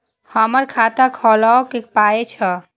हमर खाता खौलैक पाय छै